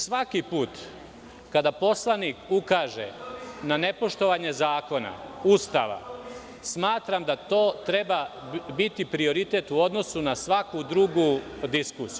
Svaki put kada poslanik ukaže na nepoštovanje zakona, Ustava, smatram da to treba biti prioritet u odnosu na svaku drugu diskusiju.